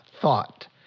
thought